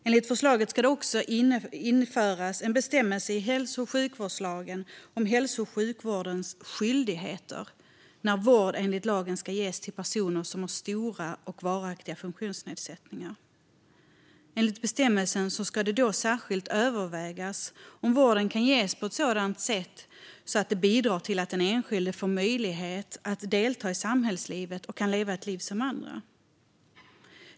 Enligt förslaget ska det också införas en bestämmelse i hälso och sjukvårdslagen om hälso och sjukvårdens skyldigheter när vård enligt lagen ges till personer som har stora och varaktiga funktionsnedsättningar. Enligt bestämmelsen ska det då särskilt övervägas om vården kan ges på ett sådant sätt att det bidrar till att den enskilde får möjlighet att delta i samhällslivet och kan leva ett liv som andra.